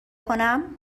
کنم